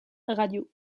radio